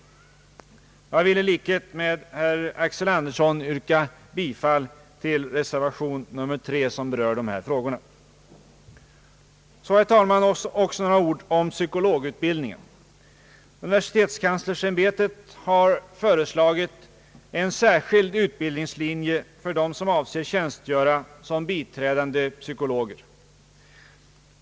Jag vill i likhet med herr Axel Andersson yrka bifall till reservation 3, som berör dessa frågor. Så, herr talman, också några ord om psykologutbildningen. Universitetskanslersämbetet har föreslagit en särskild utbildningslinje för dem som avser att tjänstgöra som biträdande psykologer.